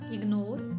Ignore